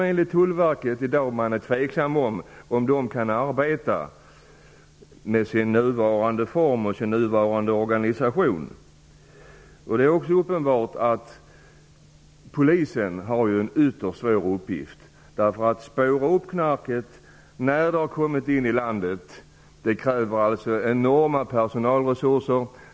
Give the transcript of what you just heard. Enligt Tullverket är man i dag tveksam till om gränsstyrkan kan arbeta med sin nuvarande form och organisation. Det är också uppenbart att polisen har en ytterst svår uppgift. Det krävs enorma personalresurser för att spåra upp knarket när det väl har kommit in i landet.